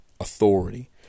authority